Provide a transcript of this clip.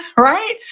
Right